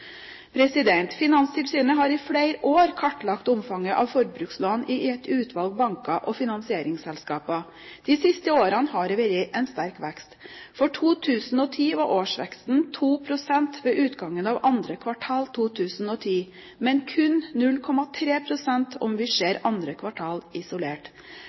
Finanstilsynet har i flere år kartlagt omfanget av forbrukslån i et utvalg banker og finansieringsselskaper. De siste årene har det vært en sterk vekst. For 2010 var årsveksten 2 pst. ved utgangen av andre kvartal 2010, men kun 0,3 pst. om vi ser andre kvartal isolert.